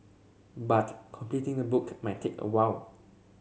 but completing the book might take a while